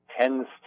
tends